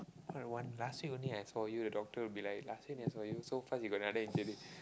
last week only I saw you doctor will be like last week then I saw you so fast you got another injury